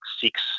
six